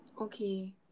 Okay